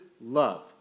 love